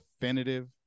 definitive